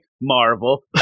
Marvel